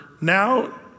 Now